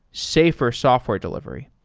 safer software delivery.